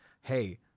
hey